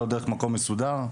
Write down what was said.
לא דרך מקום מסודר?